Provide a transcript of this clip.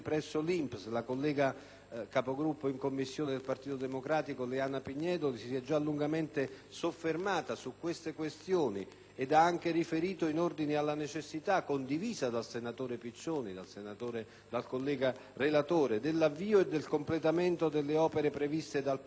capogruppo in Commissione del Partito Democratico, si è già lungamente soffermata su queste questioni ed ha anche riferito in ordine alla necessità, condivisa dal senatore relatore Piccioni, dell'avvio e del completamento delle opere previste dal Piano irriguo nazionale.